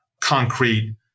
concrete